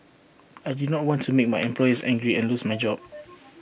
I did not want to make my employers angry and lose my job